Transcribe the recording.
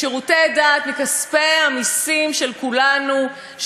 שירותי דת מכספי המסים של כולנו,